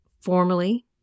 formally